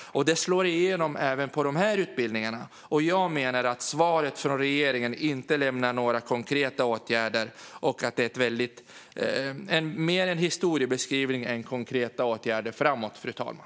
Det slår igenom även på dessa utbildningar. Jag menar att svaret från regeringen inte lämnar förslag på några konkreta åtgärder och att det mer är en historiebeskrivning än konkreta åtgärder för framtiden, fru talman.